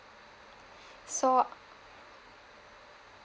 so